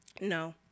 No